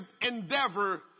endeavor